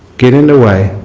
get in the way,